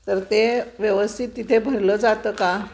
तर ते व्यवस्थित तिथे भरलं जातं का